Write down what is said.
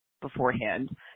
beforehand